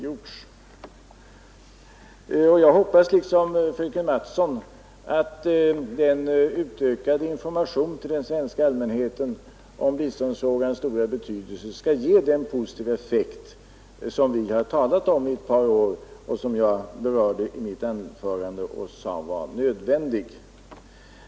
Jag hoppas liksom fröken Mattson att en utökad information till den svenska allmänheten om biståndsfrågans stora betydelse skall ge den positiva effekt som vi har talat om i ett par år och som jag i mitt anförande sade var nödvändig.